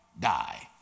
die